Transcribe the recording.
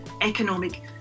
economic